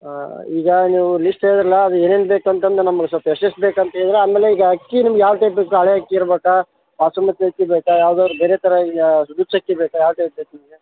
ಈಗ ನೀವು ಲಿಸ್ಟ್ ಹೇಳಿರಲ್ಲಾ ಅದು ಏನೇನು ಬೇಕಂತಂದು ನಮಗೆ ಸ್ವಲ್ಪ ಎಷ್ಟೆಷ್ಟು ಬೇಕಂತ್ಹೇಳಿದ್ರೆ ಆಮೇಲೆ ಈಗ ಅಕ್ಕಿ ನಿಮ್ಗೆ ಯಾವ ಟೈಪ್ ಬೇಕು ಹಳೇ ಅಕ್ಕಿ ಇರ್ಬೇಕಾ ಬಾಸುಮತಿ ಅಕ್ಕಿ ಬೇಕಾ ಯಾವ್ದಾದರೂ ಬೇರೆ ಥರ ಈಗ ನುಚ್ಚಕ್ಕಿ ಬೇಕಾ ಯಾವ ಟೈಪ್ ಬೇಕು ನಿಮಗೆ